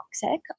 toxic